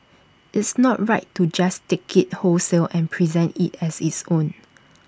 it's not right to just take IT wholesale and present IT as its own